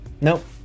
nope